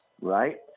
right